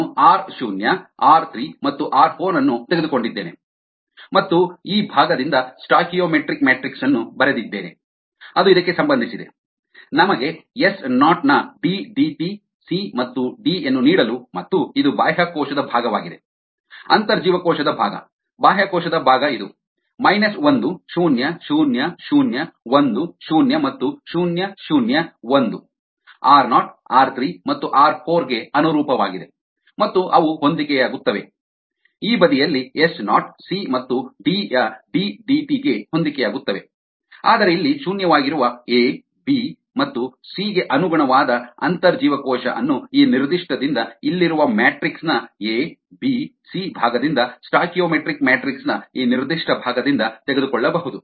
ನಾನು ಆರ್ ಶೂನ್ಯ ಆರ್ 3 ಮತ್ತು ಆರ್ 4 ಅನ್ನು ತೆಗೆದುಕೊಂಡಿದ್ದೇನೆ ಮತ್ತು ಈ ಭಾಗದಿಂದ ಸ್ಟಾಯ್ಕಿಯೋಮೆಟ್ರಿಕ್ ಮ್ಯಾಟ್ರಿಕ್ಸ್ ಅನ್ನು ಬರೆದಿದ್ದೇನೆ ಅದು ಇದಕ್ಕೆ ಸಂಬಂಧಿಸಿದೆ ನಮಗೆ ಎಸ್ ನಾಟ್ ನ ಡಿ ಡಿಟಿ ಸಿ ಮತ್ತು ಡಿ ಯನ್ನು ನೀಡಲು ಮತ್ತು ಇದು ಬಾಹ್ಯಕೋಶದ ಭಾಗವಾಗಿದೆ ಅಂತರ್ಜೀವಕೋಶದ ಭಾಗ ಬಾಹ್ಯಕೋಶದ ಭಾಗ ಇದು ಮೈನಸ್ ಒಂದು ಶೂನ್ಯ ಶೂನ್ಯ ಶೂನ್ಯ ಒಂದು ಶೂನ್ಯ ಮತ್ತು ಶೂನ್ಯ ಶೂನ್ಯ ಒಂದು ಆರ್ ನಾಟ್ ಆರ್ 3 ಮತ್ತು ಆರ್ 4 ಗೆ ಅನುರೂಪವಾಗಿದೆ ಮತ್ತು ಅವು ಹೊಂದಿಕೆಯಾಗುತ್ತವೆ ಈ ಬದಿಯಲ್ಲಿ ಎಸ್ ನಾಟ್ ಸಿ ಮತ್ತು ಡಿ ಯ ಡಿ ಡಿಟಿ ಗೆ ಹೊಂದಿಕೆಯಾಗುತ್ತವೆ ಆದರೆ ಇಲ್ಲಿ ಶೂನ್ಯವಾಗಿರುವ ಎ ಬಿ ಮತ್ತು ಸಿ ಗೆ ಅನುಗುಣವಾದ ಅಂತರ್ಜೀವಕೋಶ ಅನ್ನು ಈ ನಿರ್ದಿಷ್ಟದಿಂದ ಇಲ್ಲಿರುವ ಮ್ಯಾಟ್ರಿಕ್ಸ್ ನ ಎ ಬಿ ಸಿ ಭಾಗದಿಂದ ಸ್ಟಾಯ್ಕಿಯೋಮೆಟ್ರಿಕ್ ಮ್ಯಾಟ್ರಿಕ್ಸ್ ನ ಈ ನಿರ್ದಿಷ್ಟ ಭಾಗದಿಂದ ತೆಗೆದುಕೊಳ್ಳಬಹುದು